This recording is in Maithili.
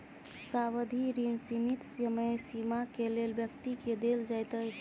सावधि ऋण सीमित समय सीमा के लेल व्यक्ति के देल जाइत अछि